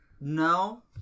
no